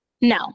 No